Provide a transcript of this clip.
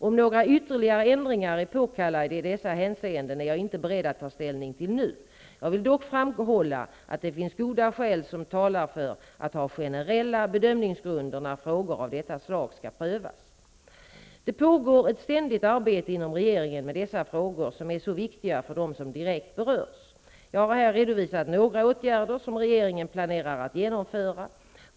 Om några ytterligare ändringar är påkallade i dessa hänseenden är jag inte beredd att ta ställning till nu. Jag vill dock framhålla att det finns goda skäl som talar för att ha generella bedömningsgrunder när frågor av detta slag prövas. Det pågår ett ständigt arbete inom regeringen med dessa frågor, som är så viktiga för dem som direkt berörs. Jag har här redovisat några åtgärder som regeringen planerar att genomföra.